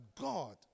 God